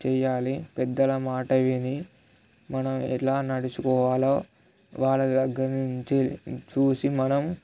చేయాలి పెద్దల మాట విని మనం ఎలా నడుచుకోవాలో వాళ్ళ దగ్గర నుంచి చూసి మనం